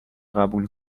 قبول